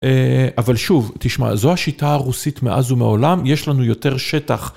אבל שוב, תשמע, זו השיטה הרוסית מאז ומעולם, יש לנו יותר שטח.